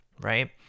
right